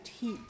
heat